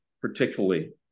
particularly